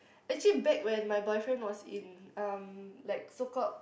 actually back when my boyfriend was in um like so called